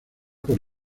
por